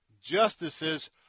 justices